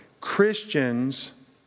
Christians